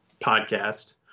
podcast